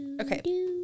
okay